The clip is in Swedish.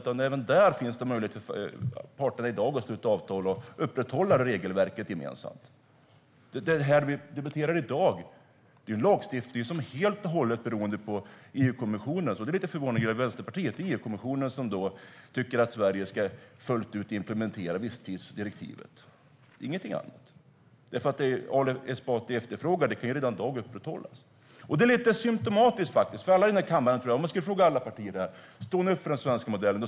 Även där finns det i dag möjligheter för parterna att sluta avtal och upprätthålla regelverket gemensamt. Det vi debatterar i dag är en lagstiftning som helt och håller är beroende av EU-kommissionen. Där är jag lite förvånad över Vänsterpartiet. EU-kommissionen tycker att Sverige fullt ut ska implementera visstidsdirektivet, ingenting annat. Det Ali Esbati efterfrågar kan redan i dag upprätthållas. Det är lite symtomatiskt. Om jag skulle fråga alla partier i denna kammare: Står ni upp för den svenska modellen?